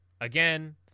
again